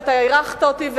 ואתה אירחת אותי,